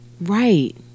Right